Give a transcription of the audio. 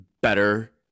better